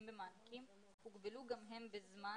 אם במעסיקים הוגבלו גם הם בזמן